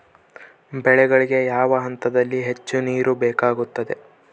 ಬೆಳೆಗಳಿಗೆ ಯಾವ ಹಂತದಲ್ಲಿ ಹೆಚ್ಚು ನೇರು ಬೇಕಾಗುತ್ತದೆ?